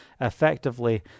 effectively